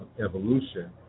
evolution